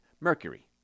mercury